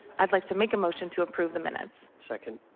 i'd like to make a motion to approve the minutes. second.